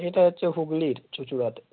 এটা হচ্ছে হুগলির চুঁচুড়াতে